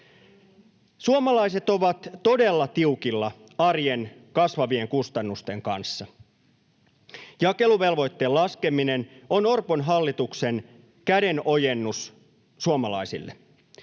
Suomalaiset ovat todella tiukilla arjen kasvavien kustannusten kanssa. Jakeluvelvoitteen laskeminen on Orpon hallituksen kädenojennus suomalaisille.